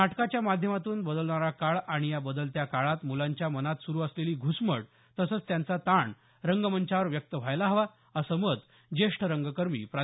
नाटकाच्या माध्यमातून बदलणारा काळ आणि या बदलत्या काळात मुलांच्या मनात सुरु असलेली घुसमट तसंच त्यांचा ताण रंगमंचावर व्यक्त व्हायला हवा असं मत ज्येष्ठ रंगकर्मी प्रा